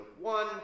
one